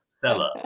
seller